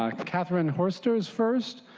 ah catherine forster is first.